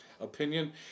opinion